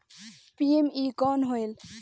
PME कौन होयल?